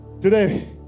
Today